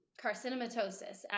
Carcinomatosis